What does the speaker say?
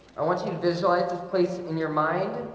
i want you to visualize this place in your mind